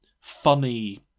funny